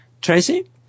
Tracy